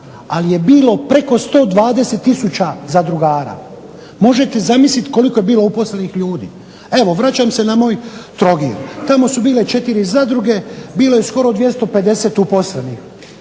ali je bilo preko 120000 zadrugara. Možete zamisliti koliko je bilo uposlenih ljudi. Evo, vraćam se na moj Trogir. Tamo su bile četiri zadruge. Bilo je skoro 250 uposlenih.